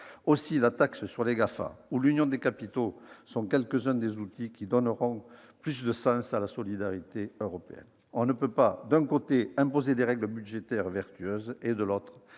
Amazon -ou l'union des marchés de capitaux sont quelques-uns des outils qui donneront plus de sens à la solidarité européenne : on ne peut pas, d'un côté, imposer des règles budgétaires vertueuses, et, de l'autre,